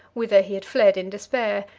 whither he had fled in despair,